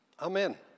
Amen